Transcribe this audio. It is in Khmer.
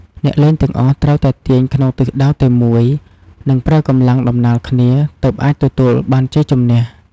អ្នកលេងទាំងអស់ត្រូវតែទាញក្នុងទិសដៅតែមួយ និងប្រើកម្លាំងដំណាលគ្នា ទើបអាចទទួលបានជ័យជម្នះ។